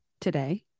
today